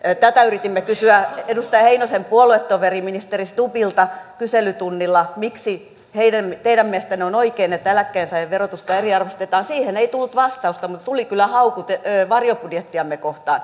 tätä yritimme kysyä edustaja heinosen puoluetoverilta ministeri stubbilta kyselytunnilta miksi teidän mielestänne on oikein että eläkkeensaajien verotusta eriarvoistetaan siihen ei tullut vastausta mutta tuli kyllä haukut varjobudjettiamme kohtaan